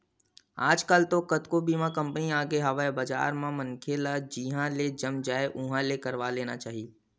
आजकल तो कतको बीमा कंपनी आगे हवय बजार म मनखे ल जिहाँ ले जम जाय उहाँ ले करवा लेना चाही